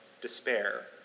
despair